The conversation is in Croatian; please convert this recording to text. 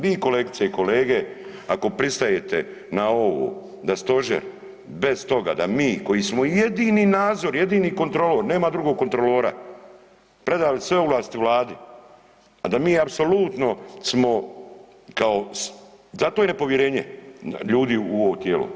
Vi kolegice i kolege ako pristajete na ovo da stožer bez toga da mi koji smo jedini nadzor, jedini kontrolor nema drugog kontrolora predali sve ovlasti Vladi, da mi apsolutno smo kao, zato je nepovjerenje ljudi u ovo tijelo.